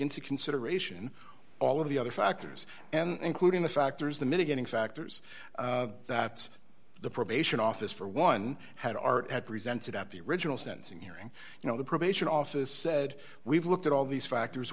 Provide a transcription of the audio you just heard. into consideration all of the other factors and including the factors the mitigating factors that the probation office for one had art had presented at the original sentencing hearing you know the probation office said we've looked at all these factors